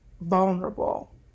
vulnerable